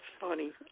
funny